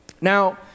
Now